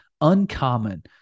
Uncommon